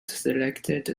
selected